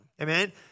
amen